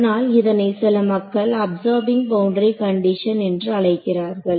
அதனால் இதனை சில மக்கள் அப்சர்பிங் பவுண்டரி கண்டிஷன் என்று அழைக்கிறார்கள்